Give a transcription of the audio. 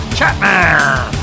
Chapman